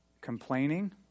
Complaining